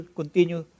continue